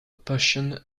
potion